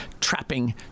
trapping